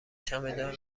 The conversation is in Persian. چمدان